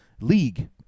league